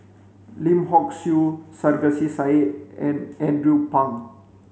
Lim Hock Siew Sarkasi Said and Andrew Phang